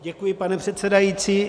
Děkuji, pane předsedající.